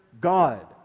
God